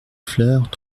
fleurs